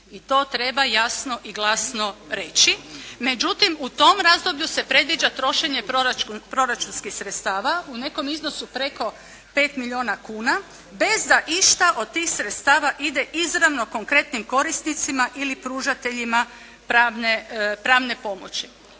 I to treba jasno i glasno reći. Međutim, u tom razdoblju se predviđa trošenje proračunskih sredstava u nekom iznosu preko 5 milijuna kuna bez da išta od tih sredstava ide izravno konkretnim korisnicima ili pružateljima pravne pomoći.